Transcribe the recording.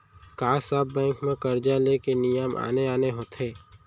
का सब बैंक म करजा ले के नियम आने आने होथे?